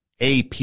AP